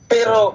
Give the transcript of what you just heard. Pero